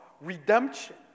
redemption